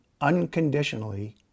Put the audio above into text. unconditionally